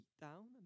down